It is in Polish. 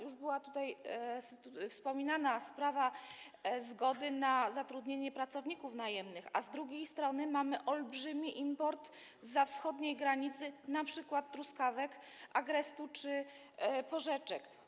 Już była tutaj wspominana sprawa zgody na zatrudnienie pracowników najemnych, z drugiej strony mamy olbrzymi import zza wschodniej granicy, np. truskawek, agrestu czy porzeczek.